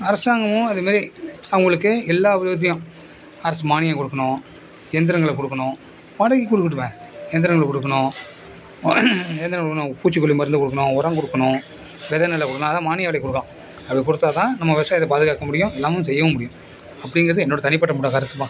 அரசாங்கமும் அது மாரி அவங்களுக்கு எல்லாம் விதத்துலேயும் அரசு மானியம் கொடுக்குணும் எந்திரங்களை கொடுக்குணும் வாடகைக்கி கொடுக்கட்டுமே எந்திரங்களை கொடுக்கணும் எந்திரங்களை கொடுக்கணும் பூச்சிக்கொல்லி மருந்து கொடுக்கணும் உரோம் கொடுக்கணும் விதை நெல்லு கொடுக்கணும் அதெலாம் மானிய விலைக்கி கொடுக்கணும் அது கொடுத்தாதான் நம்ம விவசாயிகள பாதுகாக்க முடியும் எல்லாமும் செய்யவும் முடியும் அப்டிங்கறது என்னோட தனிப்பட்ட முறை கருத்துதான்